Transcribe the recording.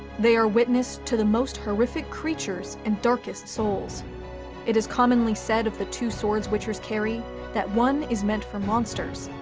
they are witness to the most horrific creatures and darkest souls it is commonly said of the two swords witcher's carry that one is meant for monsters,